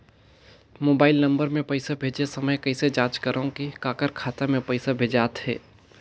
Mobile number मे पइसा भेजे समय कइसे जांच करव की काकर खाता मे पइसा भेजात हे?